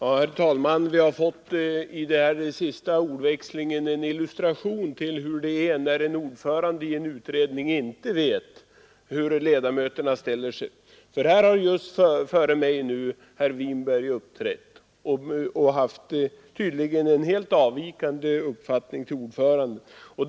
Herr talman! Vi har i den här sista ordväxlingen fått en illustration till hur det är när en ordförande i en utredning inte vet hur ledamöterna ställer sig. Herr Winberg, som uppträdde här före mig, har tydligen en uppfattning som helt avviker från utredningens ordförandes.